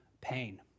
pain